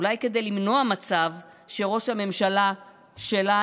אולי כדי למנוע מצב שראש הממשלה שלנו,